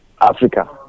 africa